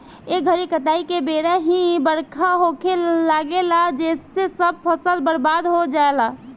ए घरी काटाई के बेरा ही बरखा होखे लागेला जेसे सब फसल बर्बाद हो जाला